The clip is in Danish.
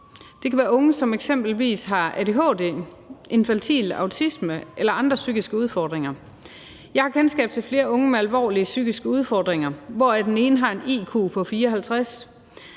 det kan være unge, som eksempelvis har adhd, infantil autisme eller andre psykiske udfordringer. Jeg har kendskab til flere unge med alvorlige psykiske udfordringer, hvoraf den ene har en iq på 54,